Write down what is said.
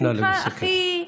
נא לסכם.